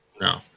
No